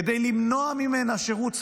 כדי למנוע ממנה שירות צבאי,